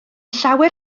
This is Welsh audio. llawer